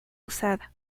usada